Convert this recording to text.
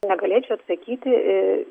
negalėčiau atsakyti